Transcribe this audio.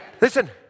Listen